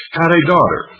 had a daughter,